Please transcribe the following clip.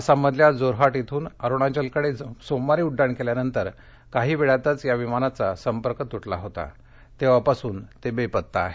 आसाममधल्या जोरहाट इथून अरुणाचलकडे सोमवारी उड्डाण केल्यानस्ति काही वेळातच या विमानाचा सप्ति तुटला होता तेव्हापासून ते बेपत्ता आहे